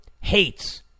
hates